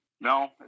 No